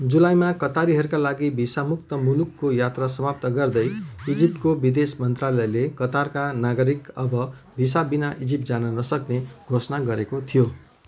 जुलाईमा कतारीहरूका लागि भिसामुक्त मुलुकको यात्रा समाप्त गर्दै इजिप्टको विदेश मन्त्रालयले कतारका नागरिक अब भिसा बिना इजिप्ट जान नसक्ने घोषणा गरेको थियो